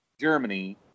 Germany